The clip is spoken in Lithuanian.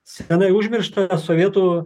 senai užmirštą sovietų